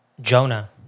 Jonah